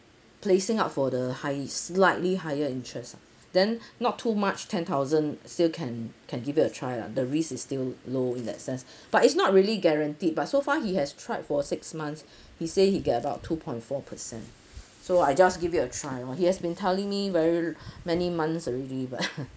placing out for the high slightly higher interest ah then not too much ten thousand still can can give it a try lah the risk is still low in that sense but it's not really guaranteed but so far he has tried for six months he say he get about two point four percent so I just give it a try lor he has been telling me very many months already but